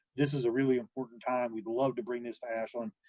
this is a really important time, we'd love to bring this to ashland.